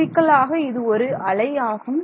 பிசிக்கலாக இது ஒரு அலை ஆகும்